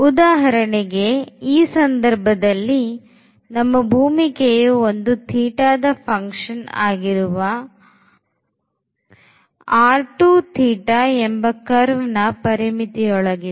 ಉದಾಹರಣೆಗೆ ಈ ಸಂದರ್ಭದಲ್ಲಿ ನಮ್ಮ ಭೂಮಿಕೆಯು ಒಂದು θದ function ಆಗಿರುವcurveನ ಪರಿಮಿತಿಯೊಳಗೆ ಇದೆ